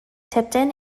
tipton